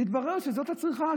והתברר שזו הצריכה,